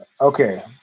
Okay